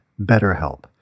BetterHelp